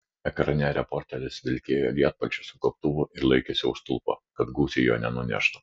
ekrane reporteris vilkėjo lietpalčiu su gobtuvu ir laikėsi už stulpo kad gūsiai jo nenuneštų